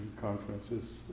conferences